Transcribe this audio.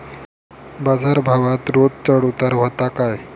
बाजार भावात रोज चढउतार व्हता काय?